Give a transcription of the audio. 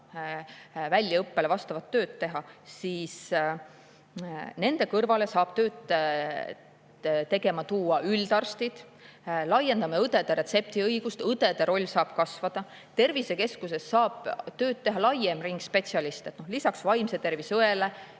väljaõppele vastavat tööd teha, saab nende kõrvale tööd tegema tuua üldarstid. Laiendame õdede retseptiõigust, õdede roll saab kasvada. Tervisekeskuses saab tööd teha laiem ring spetsialiste, lisaks vaimse tervise õele